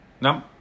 No